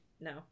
No